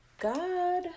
God